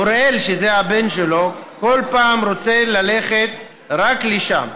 אוראל, שזה הבן שלו, כל פעם רוצה ללכת רק לשם,